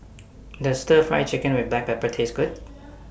Does Stir Fry Chicken with Black Pepper Taste Good